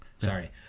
Sorry